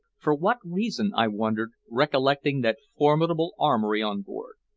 for what reason, i wondered, recollecting that formidable armory on board.